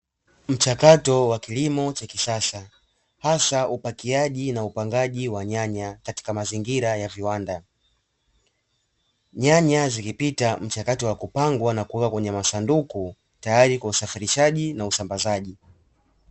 Mchakato wa kilimo cha kisasa hasa upakiaji na upangaji wa nyanya katika mazingira ya viwanda. Nyanya zikipita mchakato wa kupangwa na kuwekwa kwenye masanduku tayari kwa usafirishaji na usambazaji.